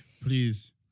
please